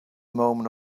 moment